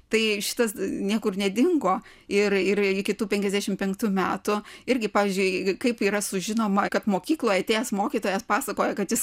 tai šitas niekur nedingo ir ir iki tų penkiasdešimt penktų metų irgi pavyzdžiui kaip yra sužinoma kad mokykloj atėjęs mokytojas pasakoja kad jis